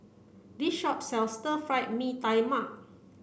this shop sells Stir Fried Mee Tai Mak